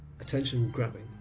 attention-grabbing